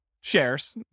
shares